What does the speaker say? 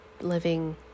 living